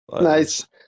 nice